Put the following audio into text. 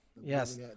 yes